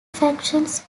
factions